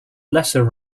lesser